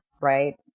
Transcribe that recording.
right